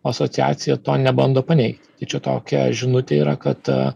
asociacija to nebando paneigt tai čia tokia žinutė yra kad